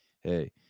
Hey